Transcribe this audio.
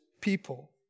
people